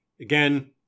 Again